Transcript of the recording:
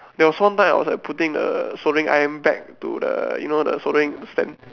there was one time I was like putting the soldering iron back to the you know the soldering stand